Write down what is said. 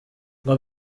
ngo